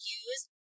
use